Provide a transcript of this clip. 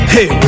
Hey